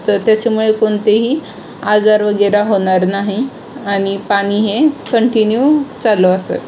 तर त्याच्यामुळे कोणतेही आजार वगैरे होणार नाही आणि पाणी हे कंटिन्यू चालू असेल